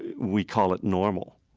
we call it normal.